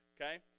Okay